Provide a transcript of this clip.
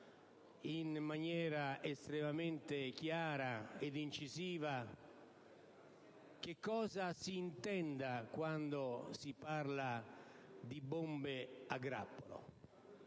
in maniera estremamente chiara ed incisiva cosa si intende quando si parla di bombe a grappolo.